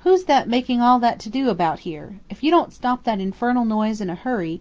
who's that making all that to do about here? if you don't stop that infernal noise in a hurry